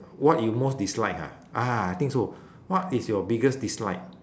what you most dislike ah ah I think so what is your biggest dislike